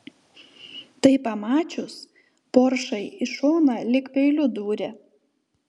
tai pamačius poršai į šoną lyg peiliu dūrė